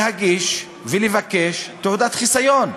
להגיש בקשה לתעודת חיסיון.